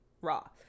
raw